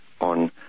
on